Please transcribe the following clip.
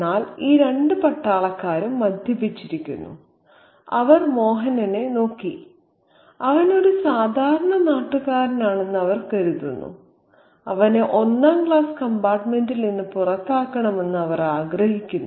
എന്നാൽ ഈ രണ്ട് പട്ടാളക്കാരും മദ്യപിച്ചിരിക്കുന്നു അവർ മോഹൻനെ നോക്കി അവൻ ഒരു സാധാരണ നാട്ടുകാരനാണെന്ന് അവർ കരുതുന്നു അവനെ ഒന്നാം ക്ലാസ് കമ്പാർട്ടുമെന്റിൽ നിന്ന് പുറത്താക്കണമെന്ന് അവർ ആഗ്രഹിക്കുന്നു